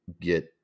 get